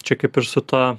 čia kaip ir su ta